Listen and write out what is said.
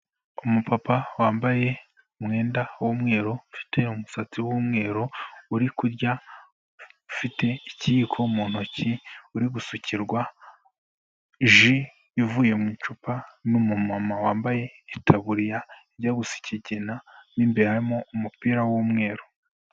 Umupapa wambaye umwenda w'umweru, ufite umusatsi w'umweru, uri kurya, ufite ikiyiko mu ntoki, uri gusukirwa ji ivuye mu icupa n'umumama wambaye itaburiya ijya gusa ikigina, mo imbere harimo umupira w'umweru.